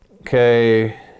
Okay